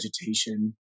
vegetation